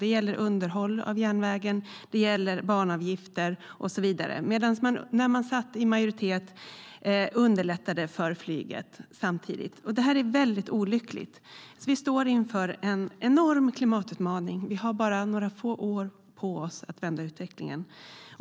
Det gällde underhåll av järnväg, banavgifter och så vidare. Detta är olyckligt. Vi står inför en enorm klimatutmaning. Vi har bara några få år på oss att vända utvecklingen.